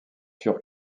sur